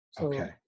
Okay